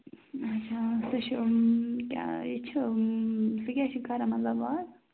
اچھا سُہ چھُ یہ چھُ سُہ کیاہ چھ کران مطلب از